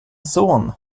son